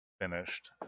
finished